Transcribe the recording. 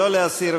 לא להסיר,